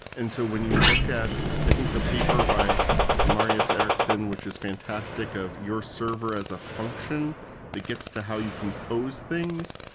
and so when you look at i think the paper by marius eriksen, which is fantastic, of your server as a function that gets to how you compose things.